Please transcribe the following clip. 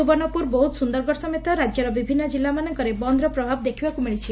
ସୁବର୍ଷପୁର ବୌଦ ସୁନ୍ଦରଗଡ ସମେତ ରାଜ୍ୟର ବିଭିନ୍ନ କିଲ୍ଲା ମାନଙ୍କରେ ବନ୍ଦର ପ୍ରଭାବ ଦେଖିବାକୁ ମିଳିଛି